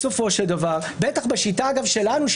בסופו של דבר בטח בשיטה שלנו,